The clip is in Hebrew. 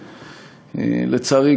לצערי,